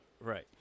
right